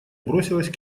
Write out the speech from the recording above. бросилась